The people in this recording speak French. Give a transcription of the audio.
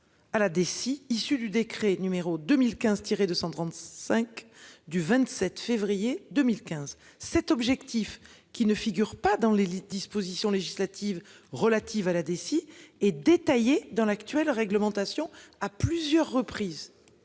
à la Deci, issue du décret n° 2015-235 du 27 février 2015. Cet objectif, qui ne figure pas dans les dispositions législatives relatives à la Deci, est détaillé dans l'actuelle réglementation à plusieurs reprises.